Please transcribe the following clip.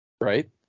Right